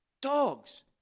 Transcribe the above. dogs